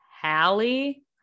Hallie